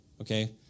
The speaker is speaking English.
okay